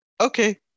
okay